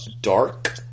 Dark